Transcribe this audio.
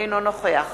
אינו נוכח